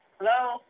Hello